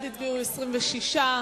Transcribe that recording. (תיקון, אישור ועדת העבודה,